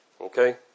okay